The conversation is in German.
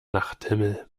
nachthimmel